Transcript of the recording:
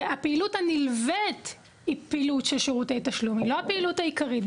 והפעילות הנלווית היא פעילות של שירותי תשלום היא לא הפעילות העיקרית,